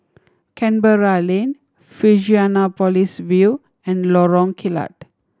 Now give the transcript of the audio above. Canberra Lane Fusionopolis View and Lorong Kilat